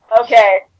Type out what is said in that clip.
Okay